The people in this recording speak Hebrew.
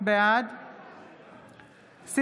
בעד סימון דוידסון,